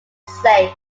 saved